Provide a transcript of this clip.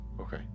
Okay